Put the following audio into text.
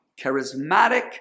charismatic